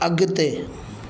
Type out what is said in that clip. अगि॒ते